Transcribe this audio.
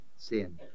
sin